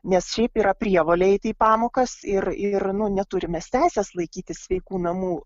nes šiaip yra prievolė eiti į pamokas ir ir nu neturim mes teisės laikyti sveikų namų